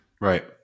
Right